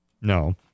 No